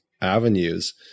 avenues